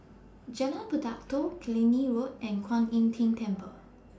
Jalan Pelatok Killiney Road and Kuan Im Tng Temple